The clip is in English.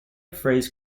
phase